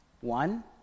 One